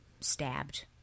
stabbed